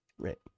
Right